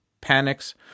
panics